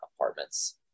apartments